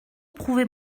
prouver